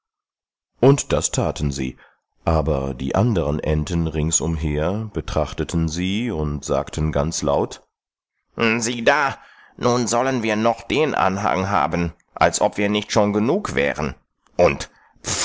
und das thaten sie aber die anderen enten ringsumher betrachteten sie und sagten ganz laut sieh da nun sollen wir noch den anhang haben als ob wir nicht schon genug wären und